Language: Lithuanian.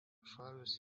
šalys